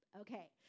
Okay